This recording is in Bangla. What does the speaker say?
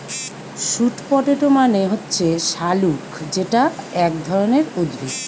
স্যুট পটেটো মানে হচ্ছে শাকালু যেটা এক ধরণের উদ্ভিদ